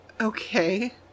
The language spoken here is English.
Okay